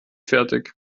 fertig